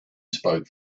spoke